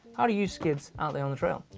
how do you skids out there on the trail.